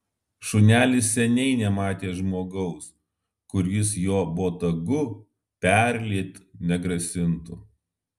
šunelis seniai nematė žmogaus kuris jo botagu perliet negrasintų